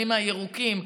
אני מהירוקים,